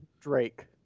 Drake